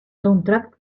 soundtrack